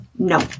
No